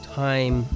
time